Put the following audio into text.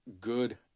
good